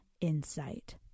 insight